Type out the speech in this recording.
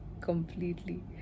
completely